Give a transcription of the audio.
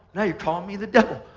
now you're calling me the devil.